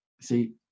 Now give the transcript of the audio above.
See